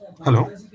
Hello